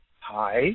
Hi